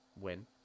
Win